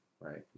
right